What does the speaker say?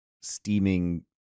steaming